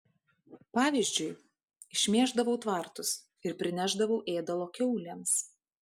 pavyzdžiui išmėždavau tvartus ir prinešdavau ėdalo kiaulėms